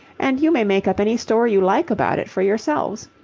and you may make up any story you like about it for yourselves.